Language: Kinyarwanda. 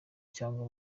cyangwa